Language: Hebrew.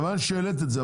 מכיוון שהעלית את זה,